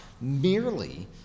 merely